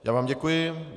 Já vám děkuji.